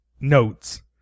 notes